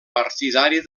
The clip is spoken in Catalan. partidari